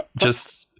Just-